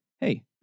hey